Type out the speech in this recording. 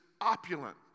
opulent